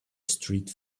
street